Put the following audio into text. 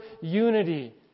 unity